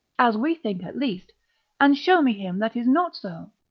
as we think at least and show me him that is not so,